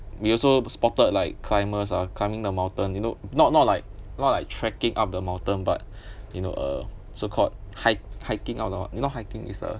we also p~ spotted like climbers ah climbing the mountain you know not not like not like trekking up the mountain but you know uh so called hike hiking up the mo~ you know hiking is the